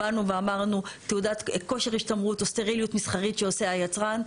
באנו ואמרנו תעודת כושר השתמרות או סטריליות מסחרית שעושה היצרן.